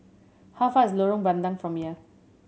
how far is Lorong Bandang from here